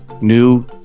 new